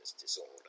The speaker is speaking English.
disorder